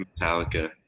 Metallica